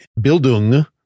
bildung